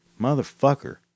Motherfucker